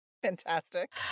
fantastic